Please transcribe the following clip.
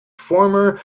former